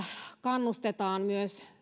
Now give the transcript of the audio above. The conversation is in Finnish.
kannustetaan myös